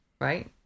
right